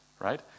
right